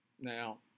Now